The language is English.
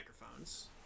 microphones